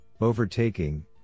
overtaking